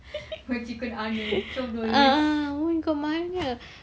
ah mana